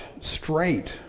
straight